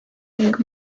ning